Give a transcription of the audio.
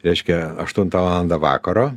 reiškia aštuntą valandą vakaro